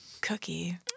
cookie